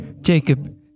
jacob